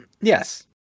Yes